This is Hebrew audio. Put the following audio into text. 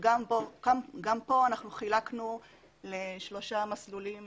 שגם פה אנחנו חילקנו לשלושה מסלולים